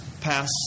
pass